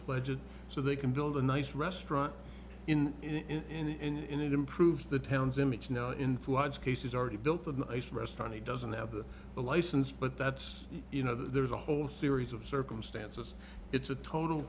pledge it so they can build a nice restaurant in it improves the town's image now in floods cases already built a nice restaurant he doesn't have a license but that's you know there's a whole series of circumstances it's a total